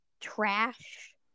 trash